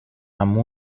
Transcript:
amb